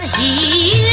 ie